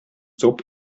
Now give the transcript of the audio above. zob